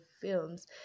films